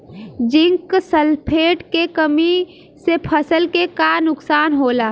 Zinc sulphate के कमी से फसल के का नुकसान होला?